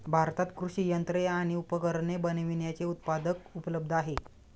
भारतात कृषि यंत्रे आणि उपकरणे बनविण्याचे उत्पादक उपलब्ध आहे